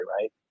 right